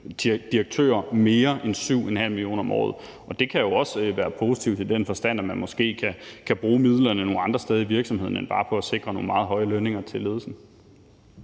mere end 7,5 mio. kr. om året. Og det kan jo også være positivt i den forstand, at man måske kan bruge midlerne nogle andre steder i virksomheden end bare på at sikre nogle meget høje lønninger til ledelsen.